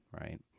right